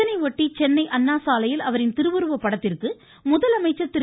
இதையொட்டி சென்னை அண்ணா சாலையில் அவரின் திருவுருவ படத்திற்கு முதலமைச்சர் திரு